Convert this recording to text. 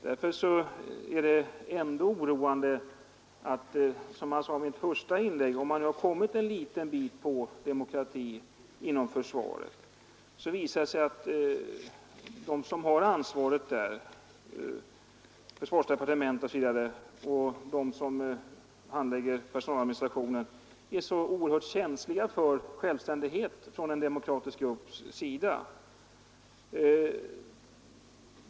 Därför är det ändå oroande, som jag sade i mitt första inlägg, att när man nu har kommit en liten bit på väg mot demokrati inom försvaret så visar det sig att de som har ansvaret — försvarsdepartementet m.fl. instanser — och de som handlägger personaladministrationen är så oerhört känsliga för självständighet från en demokratisk grupps sida.